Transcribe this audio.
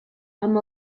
amb